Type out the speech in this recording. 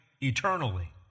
eternally